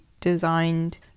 designed